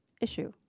issue